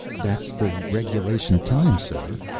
that's the regulation time, sir.